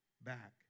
back